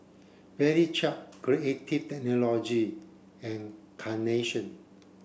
Valley Chef Creative Technology and Carnation